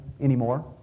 anymore